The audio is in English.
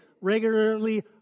regularly